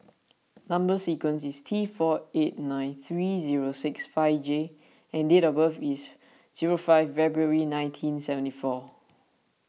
Number Sequence is T four eight nine three zero six five J and date of birth is zero five February nineteen seventy four